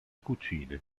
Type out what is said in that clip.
cucine